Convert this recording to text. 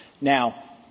Now